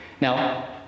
Now